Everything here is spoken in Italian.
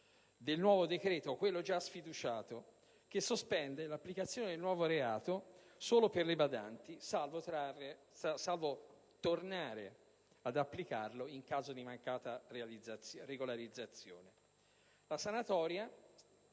del nuovo decreto (quello già sfiduciato), che sospende l'applicazione del nuovo reato solo per le badanti, salvo tornare ad applicarlo in caso di mancata regolarizzazione.